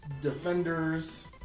Defenders